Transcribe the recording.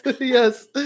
Yes